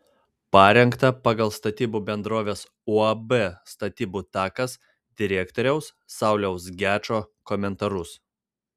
parengta pagal statybų bendrovės uab statybų takas direktoriaus sauliaus gečo komentarus